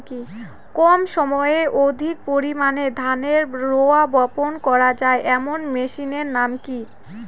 কম সময়ে অধিক পরিমাণে ধানের রোয়া বপন করা য়ায় এমন মেশিনের নাম কি?